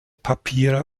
papiere